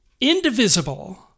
Indivisible